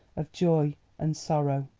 of joy and sorrow.